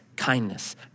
Kindness